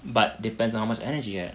but depends on how much energy you have